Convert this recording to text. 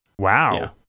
wow